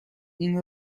این